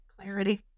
Clarity